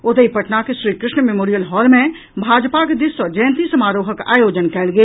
ओतहि पटनाक Shri Krishna memorial hall मे भाजपाक दिस सॅ जयंती समारोहक आयोजन कयल गेल